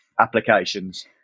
applications